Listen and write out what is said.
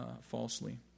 falsely